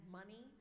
money